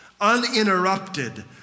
uninterrupted